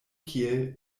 kiel